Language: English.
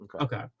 okay